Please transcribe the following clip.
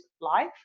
life